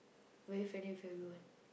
very friendly with everyone